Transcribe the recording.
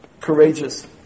courageous